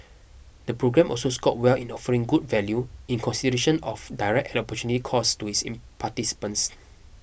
the programme also scored well in offering good value in consideration of direct opportunity costs to its in participants